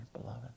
beloved